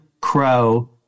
Crow